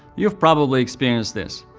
you've probably experienced this.